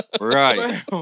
Right